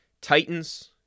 Titans